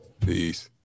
peace